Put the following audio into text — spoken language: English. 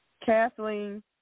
Kathleen